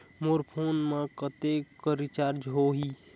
मोर phone मा कतेक कर रिचार्ज हो ही?